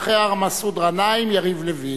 ואחרי מסעוד גנאים יריב לוין.